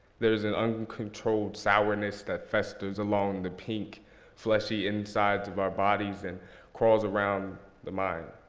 there is an uncontrolled sourness that festers alone the pink fleshy insides of our bodies and crawls around the mind.